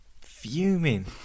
fuming